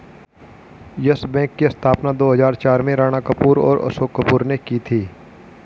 yes Bank की स्थापना दो हजार चार में राणा कपूर और अशोक कपूर ने की थी